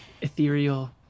ethereal